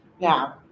Now